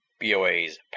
BOA's